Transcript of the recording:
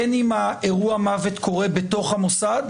בין שאירוע המוות קורה בתוך המוסד,